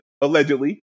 allegedly